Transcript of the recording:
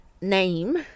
name